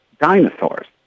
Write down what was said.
dinosaurs